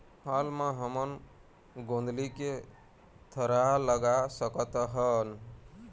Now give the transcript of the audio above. हाल मा हमन गोंदली के थरहा लगा सकतहन?